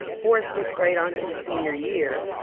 fourth, fifth grade on to his senior year,